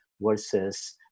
versus